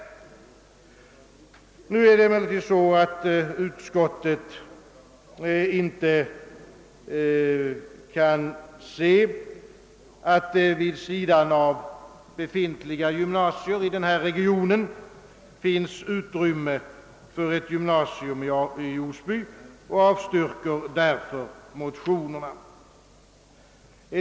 Utskottet kan emellertid inte se att det vid sidan av befintliga gymnasier i regionen finns utrymme för ett gymnasium i Osby och avstyrker därför de aktuella motionerna.